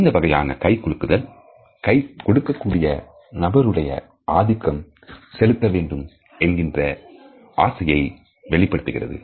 இந்த வகையான கை குலுக்குதல் கை கொடுக்கக்கூடிய நபருடைய ஆதிக்கம் செலுத்த வேண்டும் என்கின்ற ஆசையை வெளிப்படுத்துகிறது